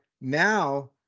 now